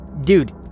dude